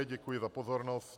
Děkuji za pozornost.